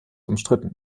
umstritten